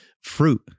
fruit